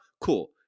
cool